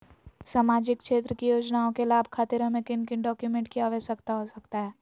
सामाजिक क्षेत्र की योजनाओं के लाभ खातिर हमें किन किन डॉक्यूमेंट की आवश्यकता हो सकता है?